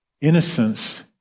Innocence